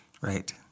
Right